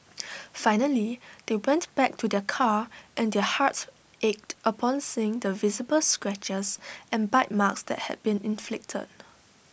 finally they went back to their car and their hearts ached upon seeing the visible scratches and bite marks that had been inflicted